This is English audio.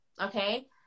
Okay